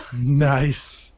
Nice